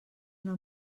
una